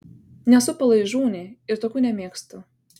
nesu palaižūnė ir tokių nemėgstu